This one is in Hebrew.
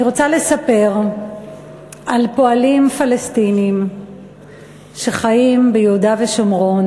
אני רוצה לספר על פועלים פלסטינים שחיים ביהודה ושומרון,